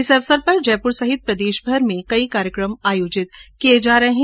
इस अवसर पर जयपुर सहित प्रदेशभर में कई कार्यक्रम आयोजित किए जा रहे है